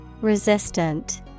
Resistant